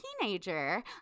teenager